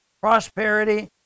prosperity